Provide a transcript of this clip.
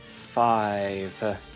five